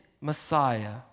Messiah